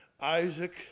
Isaac